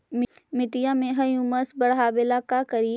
मिट्टियां में ह्यूमस बढ़ाबेला का करिए?